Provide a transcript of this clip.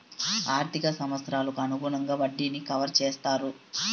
ఆర్థిక సంవత్సరాలకు అనుగుణంగా వడ్డీని కవర్ చేత్తారు